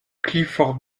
clifford